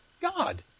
God